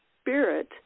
spirit